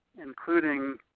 including